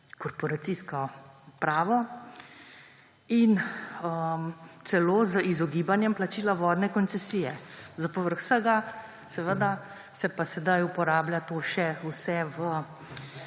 korporacijsko pravo. In celo z izogibanjem plačila vodne koncesije. Za povrh vsega seveda se pa sedaj uporablja vse